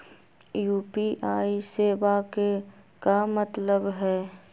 UPI सेवा के का मतलब है?